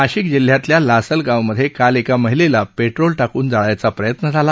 नाशिक जिल्ह्यातल्या लासलगावमध्ये काल एका महिलेला पेट्रोल टाकून जाळायचा प्रयत्न झाला